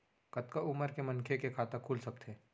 कतका उमर के मनखे के खाता खुल सकथे?